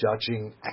judging